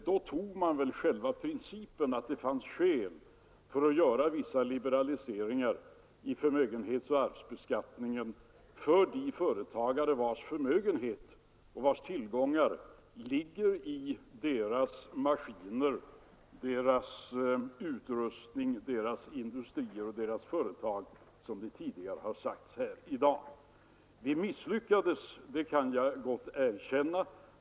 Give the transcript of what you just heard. Då godtogs själva principen att det finns skäl för att göra vissa liberaliseringar i förmögenhetsoch arvsbeskattningen för de företagare vilkas förmögenhet och tillgångar ligger i deras maskiner och annan utrustning, deras industrier och företag. Det har sagts tidigare i dag. Vi misslyckades — det kan jag gott erkänna.